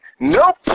Nope